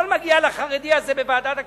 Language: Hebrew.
הכול מגיע לחרדי הזה בוועדת הכספים,